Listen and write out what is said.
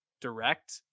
direct